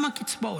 גם הקצבאות.